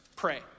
Pray